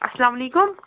اَسلامُ علیکُم